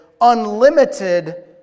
unlimited